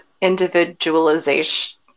individualization